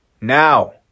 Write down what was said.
Now